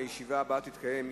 הישיבה הבאה תתקיים,